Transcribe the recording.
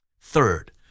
Third